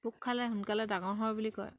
পোক খালে সোনকালে ডাঙৰ হয় বুলি কয়